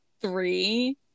three